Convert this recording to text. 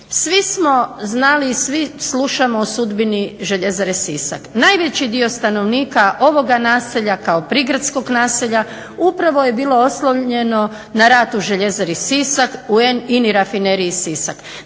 svi smo znali i svi slušamo o sudbini Željezare Sisak. Najveći dio stanovnika ovoga naselja kao prigradskog naselja upravo je bilo oslonjeno na rad u Željezari Sisak, u INI rafineriji Sisak.